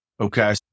okay